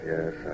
Yes